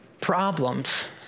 problems